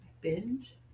binge